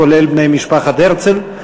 כולל בני משפחת הרצל.